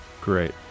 great